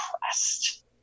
pressed